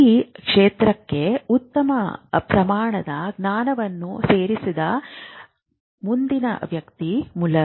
ಈ ಕ್ಷೇತ್ರಕ್ಕೆ ಉತ್ತಮ ಪ್ರಮಾಣದ ಜ್ಞಾನವನ್ನು ಸೇರಿಸಿದ ಮುಂದಿನ ವ್ಯಕ್ತಿ ಮುಲ್ಲರ್